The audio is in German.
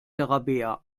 rabea